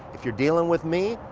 if you're dealing with me,